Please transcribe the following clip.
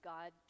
God